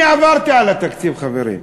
אני עברתי על התקציב, חברים,